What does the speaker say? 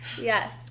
Yes